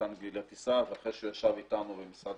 טיסה ואחרי שהוא ישב איתנו במשרד